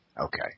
Okay